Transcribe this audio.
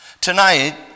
Tonight